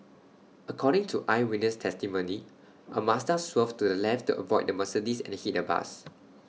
according to eyewitness testimony A Mazda swerved to the left to avoid the Mercedes and hit A bus